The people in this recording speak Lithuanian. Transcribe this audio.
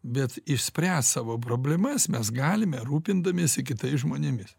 bet išspręst savo problemas mes galime rūpindamiesi kitais žmonėmis